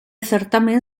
certamen